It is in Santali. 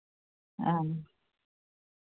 ᱟᱨ